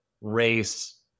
race